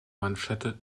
manschette